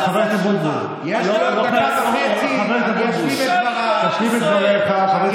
בושה לתורת ישראל.